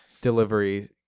delivery